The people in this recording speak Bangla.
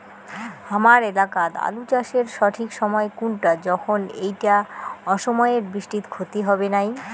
হামার এলাকাত আলু চাষের সঠিক সময় কুনটা যখন এইটা অসময়ের বৃষ্টিত ক্ষতি হবে নাই?